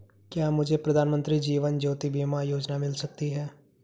क्या मुझे प्रधानमंत्री जीवन ज्योति बीमा योजना मिल सकती है?